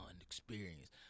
experience